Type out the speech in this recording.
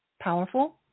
Powerful